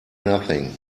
nothing